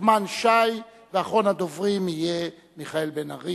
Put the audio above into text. נחמן שי, ואחרון הדוברים יהיה מיכאל בן-ארי.